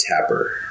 Tapper